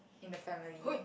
in the family